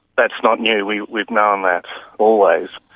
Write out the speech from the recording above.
that's not new, we've we've known that always,